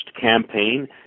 campaign